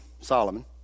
Solomon